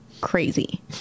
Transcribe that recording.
crazy